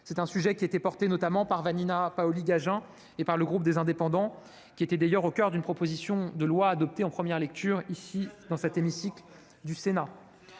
Le sujet, mis en avant notamment par Vanina Paoli-Gagin et par le groupe Les Indépendants, était d'ailleurs au coeur d'une proposition de loi adoptée en première lecture dans cet hémicycle.